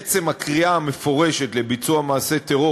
עצם הקריאה המפורשת לביצוע מעשה טרור,